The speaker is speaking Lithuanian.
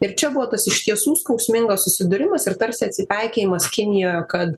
ir čia buvo tas iš tiesų skausmingas susidūrimas ir tarsi atsipeikėjimas kinijoje kad